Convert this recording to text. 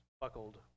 buckled